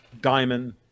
diamond